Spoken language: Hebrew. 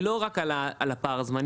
היא לא רק על פער הזמנים,